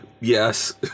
Yes